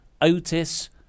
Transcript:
Otis